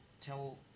tell